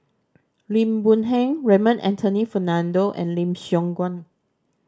Lim Boon Heng Raymond Anthony Fernando and Lim Siong Guan